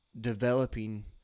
developing